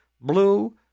blue